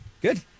Good